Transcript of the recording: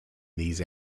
these